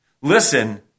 Listen